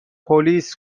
پلیس